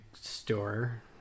store